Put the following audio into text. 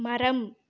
மரம்